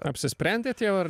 apsisprendėt jau ar